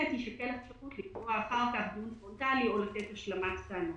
תישקל אפשרות לקבוע אחר כך דיון פרונטלי או לתת השלמת טענות.